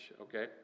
okay